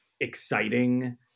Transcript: exciting